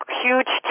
huge